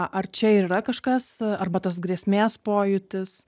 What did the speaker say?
ar čia yra kažkas arba tas grėsmės pojūtis